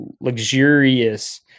luxurious